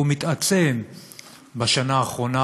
והוא מתעצם בשנה האחרונה,